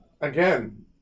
again